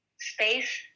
space